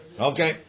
okay